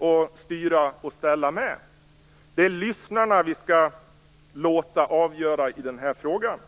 Vi skall låta lyssnarna avgöra i den frågan.